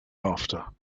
after